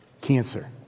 Cancer